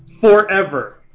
forever